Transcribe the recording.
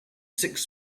six